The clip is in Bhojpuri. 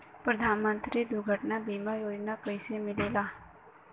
प्रधानमंत्री दुर्घटना बीमा योजना कैसे मिलेला?